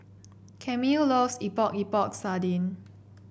Camille loves Epok Epok Sardin